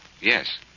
Yes